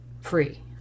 free